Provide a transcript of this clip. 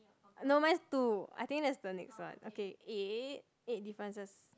no mine is two I think that's the next one okay eight eight differences